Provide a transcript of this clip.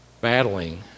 battling